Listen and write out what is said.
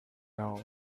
know